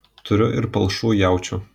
turiu ir palšų jaučių